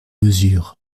mesures